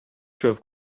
drove